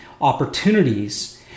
opportunities